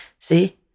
See